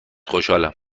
خوشحالم